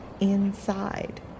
inside